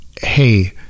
hey